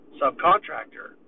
subcontractor